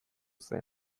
zen